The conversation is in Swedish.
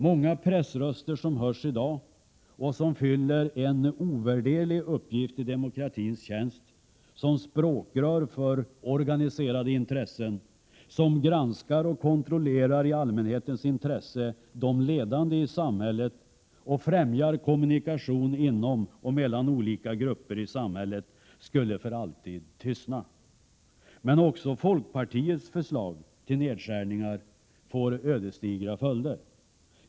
Många av de pressröster som hörs i dag och som fyller en ovärderlig uppgift i demokratins tjänst som språkrör för organiserade intressen, som granskar och kontrollerar, i allmänhetens intresse, de ledande i samhället och främjar kommunikation inom och mellan olika grupper i samhället, skulle för alltid tystna. Men också folkpartiets förslag till nedskärningar får, om det förverkligas, ödesdigra följder.